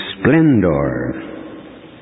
splendor